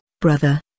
brother